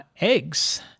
eggs